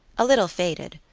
a little faded,